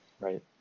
Right